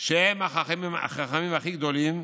שהם החכמים הכי גדולים,